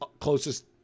closest